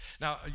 Now